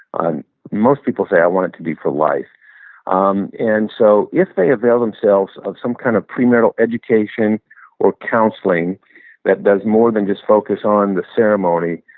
most people say i want it to be for life um and so if they avail themselves of some kind of premarital education or counseling that does more than just focus on the ceremony,